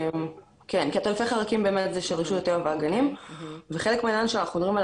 כי עטלפי חרקים זה של רשות הטבע והגנים וחלק מהעניין שאנחנו מדברים על